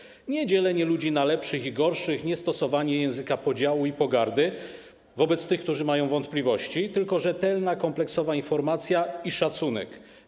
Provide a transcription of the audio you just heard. Rozwiązaniem nie jest dzielenie ludzi na lepszych i gorszych czy stosowanie języka podziału i pogardy wobec tych, którzy mają wątpliwości, tylko rzetelna, kompleksowa informacja i szacunek.